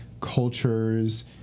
cultures